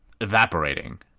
evaporating